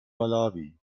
malawi